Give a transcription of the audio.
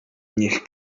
niech